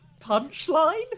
punchline